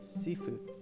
seafood